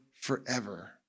forever